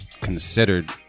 considered